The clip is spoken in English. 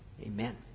Amen